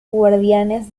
guardianes